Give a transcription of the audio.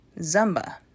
Zumba